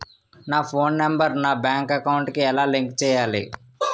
నా phone number నా bank account కి ఎలా లింక్ చేయాలి?